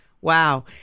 Wow